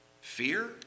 Fear